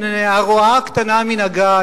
הרועה הקטנה מן הגיא,